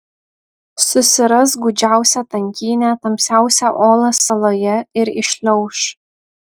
susiras gūdžiausią tankynę tamsiausią olą saloje ir įšliauš